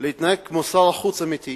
להתנהג כמו שר חוץ אמיתי,